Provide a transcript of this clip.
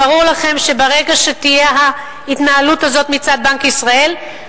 ברור לכם שברגע שתהיה ההתנהלות הזאת מצד בנק ישראל,